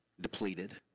depleted